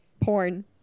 Porn